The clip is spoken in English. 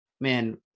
man